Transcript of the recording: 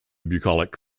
bucolic